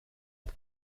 ett